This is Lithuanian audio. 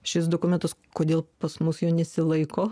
šis dokumentas kodėl pas mus jo nesilaiko